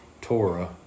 Torah